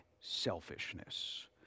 selfishness